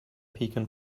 pecan